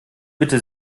bitte